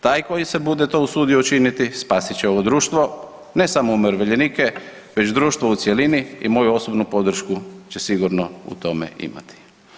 Taj koji se bude to usudio učiniti spasit će ovo društvo, ne samo umirovljenike već društvo u cjelini i moju osobnu podršku će sigurno u tome imati.